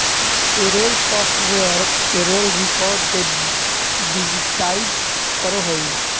payroll software payroll record के digitise करो हइ